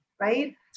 right